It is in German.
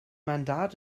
mandat